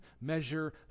measure